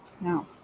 now